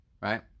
Right